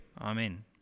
Amen